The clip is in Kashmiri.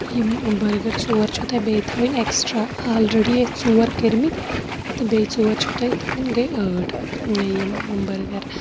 یِم بٔرگَر ژور چھُو تۄہہِ بیٚیہِ تھاوٕنۍ ایٚکٕسٹرٛا آلریڈی ٲسۍ ژور کٔرمٕتۍ تہٕ بیٚیہِ ژور چھِو تۄہہِ تھاوٕنۍ گٔے ٲٹھ یِم بٔرگَر